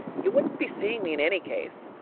you wouldn't be seeing me in any case.